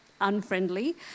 unfriendly